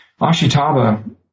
ashitaba